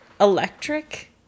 electric